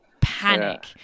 panic